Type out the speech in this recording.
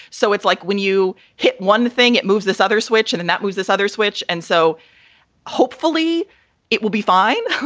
so it's like when you hit one thing, it moves this other switch and and that moves this other switch. and so hopefully it will be fine.